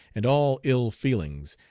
and all ill-feelings,